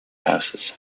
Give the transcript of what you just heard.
houses